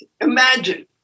Imagine